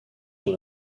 son